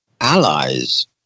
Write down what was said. allies